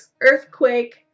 earthquake